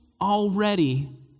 already